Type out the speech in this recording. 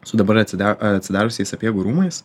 su dabar atsida a atsidariusiais sapiegų rūmais